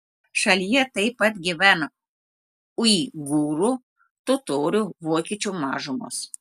šalyje taip pat gyvena uigūrų totorių vokiečių mažumos